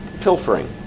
pilfering